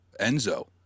Enzo